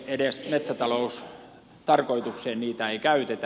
edes metsätaloustarkoitukseen niitä ei käytetä